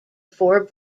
four